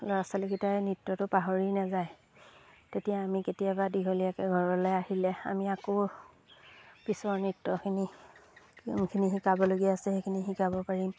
ল'ৰা ছোৱালীকেইটাই নৃত্যটো পাহৰি নেযায় তেতিয়া আমি কেতিয়াবা দীঘলীয়াকৈ ঘৰলৈ আহিলে আমি আকৌ পিছৰ নৃত্যখিনি যোনখিনি শিকাবলগীয়া আছে সেইখিনি শিকাব পাৰিম